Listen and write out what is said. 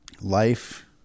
life